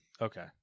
okay